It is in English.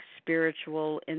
spiritual